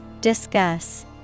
Discuss